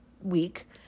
week